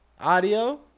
Audio